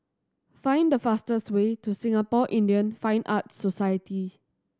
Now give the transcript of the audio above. find the fastest way to Singapore Indian Fine Arts Society